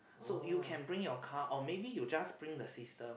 so you can bring your car or maybe you just bring the system